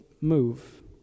move